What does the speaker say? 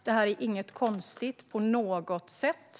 Det är inget konstigt på något sätt.